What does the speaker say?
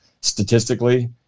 statistically